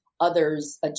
others